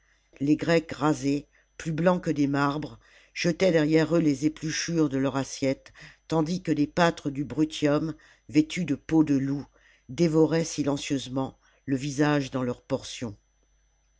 les grecs rasés plus blancs que des marbres jetaient derrière eux les épluchures de leur assiette tandis que des pâtres du brutium vêtus de peaux de loup dévoraient silencieusement le visage dans leur portion